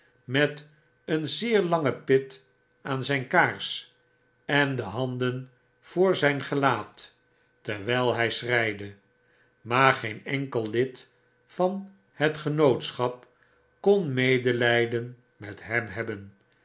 met een zeer lange pit aan zjjn kaars en de handen voor zjjn gelaat terwjjl hy schreide maar geen enkel lid van het genootschap kon medeljjden met hem hebben